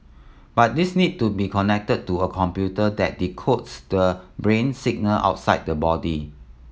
but these need to be connected to a computer that decodes the brain signal outside the body